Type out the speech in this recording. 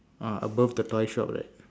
uh above the toy shop right